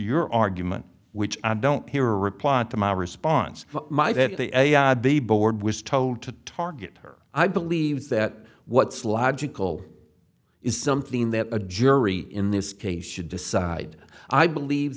your argument which i don't hear or reply to my response my that the board was told to target her i believe that what's logical is something that a jury in this case should decide i believe